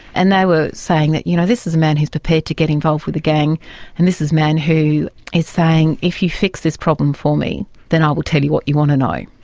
and they were saying that you know this is a man who is prepared to get involved with the gang and this is a man who is saying if you fix this problem for me then i will tell you what you want to know.